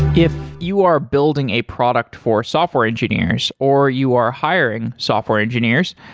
if you are building a product for software engineers or you are hiring software engineers,